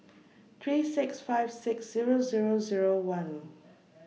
three six five six Zero Zero Zero one